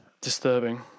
disturbing